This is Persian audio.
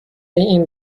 این